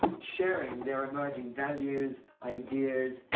sharing their emerging values, ideas,